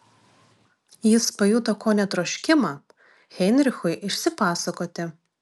jis pajuto kone troškimą heinrichui išsipasakoti